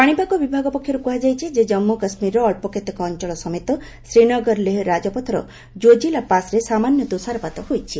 ପାଣିପାଗ ବିଭାଗ ପକ୍ଷରୁ କୁହାଯାଇଛି ଯେ ଜାନ୍ମୁ କାଶ୍ମୀରର ଅଳ୍ପ କେତେକ ଅଞ୍ଚଳ ସମେତ ଶ୍ୱୀନଗର ଲେହ ରାଜପଥର ଜ୍ଜୋଜିଲା ପାସ୍ରେ ସାମାନ୍ୟ ତୃଷାରପାତ ହୋଇଛି